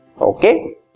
okay